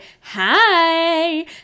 hi